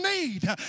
need